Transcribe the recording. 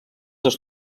els